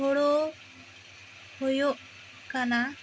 ᱦᱳᱲᱳ ᱦᱩᱭᱩᱜ ᱠᱟᱱᱟ